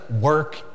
work